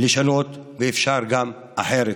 לשנות ואפשר גם אחרת.